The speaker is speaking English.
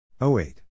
08